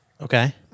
Okay